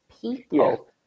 people